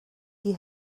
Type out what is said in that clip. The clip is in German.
die